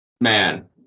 Man